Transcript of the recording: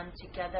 together